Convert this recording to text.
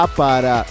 para